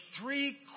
three